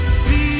see